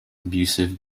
abusive